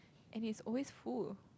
and it's always full